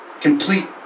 complete